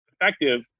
effective